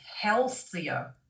healthier